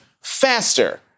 faster